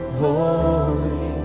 holy